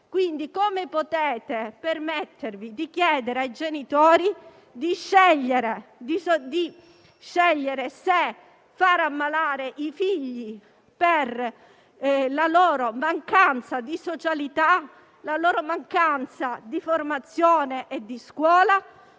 sfasati. Come potete permettervi di chiedere ai genitori di scegliere se far ammalare i figli per la loro mancanza di socialità, la loro mancanza di formazione e di scuola,